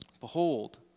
Behold